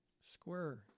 square